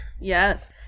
Yes